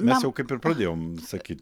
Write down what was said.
mes jau kaip ir pradėjom sakyt